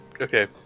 Okay